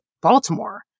Baltimore